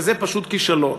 שזה פשוט כישלון.